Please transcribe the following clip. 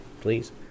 please